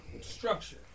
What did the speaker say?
structure